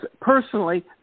personally